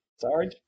Sorry